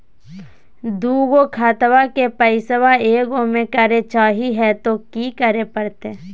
दू गो खतवा के पैसवा ए गो मे करे चाही हय तो कि करे परते?